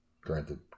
Granted